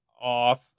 off